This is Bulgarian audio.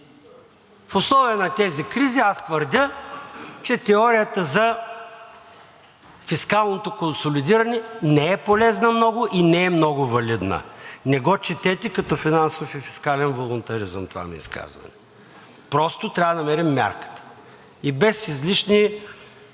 В условия на тези кризи аз твърдя, че теорията за фискалното консолидиране не е полезна много и не е много валидна. Не го четете като финансов и фискален волунтаризъм това ми изказване, просто трябва да намерим мярката и без излишни